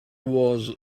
was